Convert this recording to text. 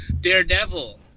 Daredevil